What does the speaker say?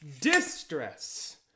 distress